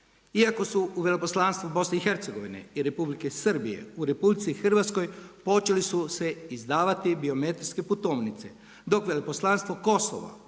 Iako su u Veleposlanstvo BiH i Republike Srbije u RH počeli su se izdavati biometrijske putovnice, dok Veleposlanstvo Kosova